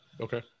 okay